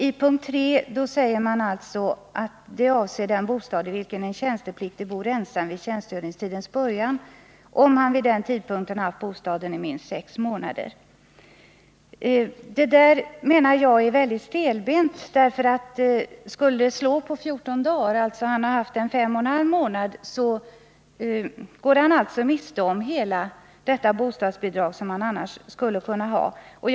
I punkt 3 står det att det avser ”bostad i vilken en tjänstepliktig bor ensam vid tjänstgöringstidens början, om han vid den tidpunkten har haft bostaden i minst sex månader”. Enligt min mening är denna bestämmelse mycket stelbent. Skulle det skilja 14 dagar, dvs. den värnpliktige har haft bostaden fem och en halv månad, går han alltså miste om hela det bostadsbidrag som han annars skulle ha fått.